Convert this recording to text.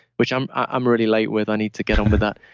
which i'm i'm really late with. i need to get on with that.